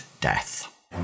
Death